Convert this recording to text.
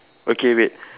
okay wait